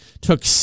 took